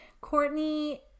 Courtney